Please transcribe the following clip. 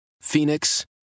Phoenix